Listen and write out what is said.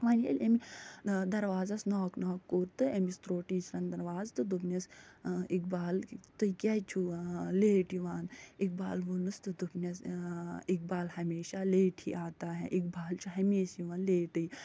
وَنہِ ییٚلہِ اَمہِ دروازس ناک ناک کوٚر تہٕ أمِس ترٛوو ٹیٖچرن درواز تہٕ دوٚپنس اقبال تُہۍ کیٛازِ چھُو لیٹ یِوان اقبال ووٚنُس تہٕ دوٚپنس اقبال ہمیشہ لیٹ ہی آتا ہے اقبال چھُ ہمشہ یِوان لیٹٕے